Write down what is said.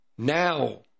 Now